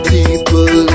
People